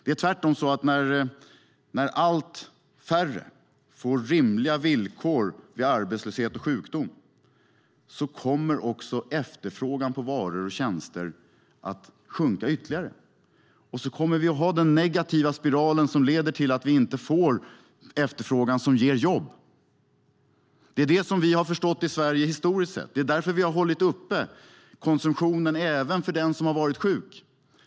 Det är tvärtom så att när allt färre får rimliga villkor vid arbetslöshet och sjukdom, då kommer också efterfrågan på varor och tjänster att sjunka ytterligare, och så kommer vi att ha den negativa spiral som leder till att vi inte får efterfrågan som ger jobb. Det är det vi har förstått i Sverige historiskt sett. Det är därför vi har hållit uppe konsumtionen även för den som har varit sjuk.